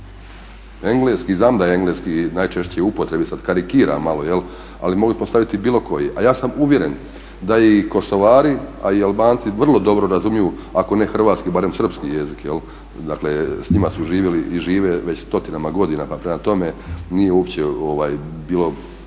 Engleski znam da je engleski najčešće u upotrebi, sada karikiram malo ali mogli je postaviti bilo koji. A ja sam uvjeren da i Kosovari, a i Albanci vrlo dobro razumiju ako ne hrvatski barem srpski jezik, dakle s njima su živjeli i žive već stotinama godinama pa prema tome mislim da nije bilo